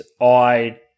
I-